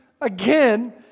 again